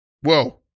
Whoa